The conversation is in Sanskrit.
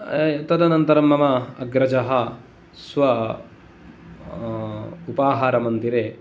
तदनन्तरं मम अग्रजः स्व उपाहारमन्दिरे